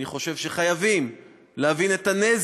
אבל אני חושב שחייבים להבין את הנזק